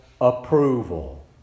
approval